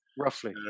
roughly